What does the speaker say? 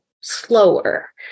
slower